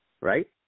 Right